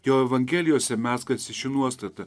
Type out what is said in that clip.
jo evangelijose mezgasi ši nuostata